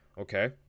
Okay